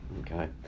Okay